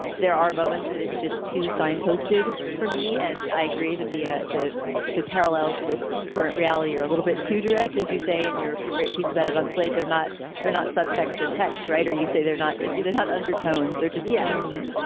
there are moments that it's just too signposted for me. and i agree that the ah the the parallels with current reality are a little bit too direct, as you say, in your your great piece about it on slate. they're not they're not subtext. they're text writer. you say they're not they're not undertones. they're just yeon's.